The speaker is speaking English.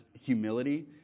humility